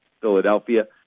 Philadelphia